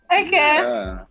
Okay